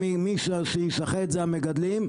מי שישחט זה המגדלים,